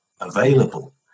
available